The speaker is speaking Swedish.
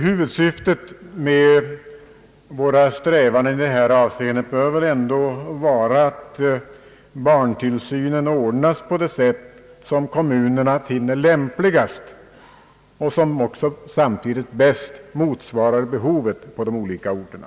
Huvudsyftet med våra strävanden i detta avseende bör väl ändå vara att barntillsynen skall ordnas på det sätt som kommunerna finner lämpligast och som samtidigt bäst motsvarar behovet på de olika orterna.